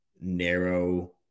narrow